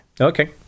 okay